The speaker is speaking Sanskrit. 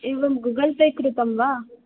एवं गुगल् पे कृतं वा